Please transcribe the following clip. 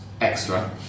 extra